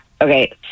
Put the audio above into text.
Okay